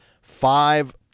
Five